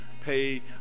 pay